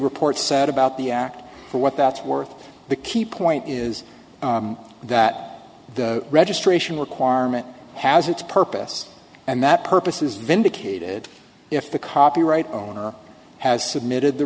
report said about the act for what that's worth the key point is that the registration requirement has its purpose and that purpose is vindicated if the copyright owner has submitted the